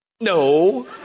No